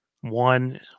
one